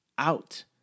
out